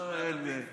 שומע את הפינק פלויד.